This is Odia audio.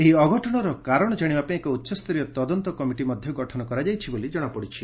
ଏହି ଅଘଟଣର କାରଣ ଜାଶିବା ପାଇଁ ଏକ ଉଚ୍ଚସ୍ତରୀୟ ତଦନ୍ତ କମିଟି ଗଠନ କରାଯାଇଛି ବୋଲି ଜଣାପଡ଼ିଛି